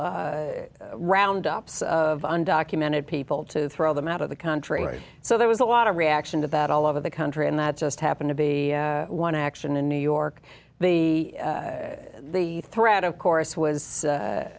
round ups of undocumented people to throw them out of the country so there was a lot of reaction that all over the country and that just happened to be one action in new york the the threat of course was